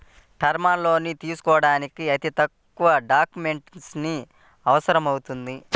term లోన్లు తీసుకోడానికి అతి తక్కువ డాక్యుమెంటేషన్ అవసరమవుతుంది